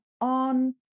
on